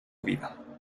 vida